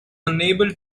unable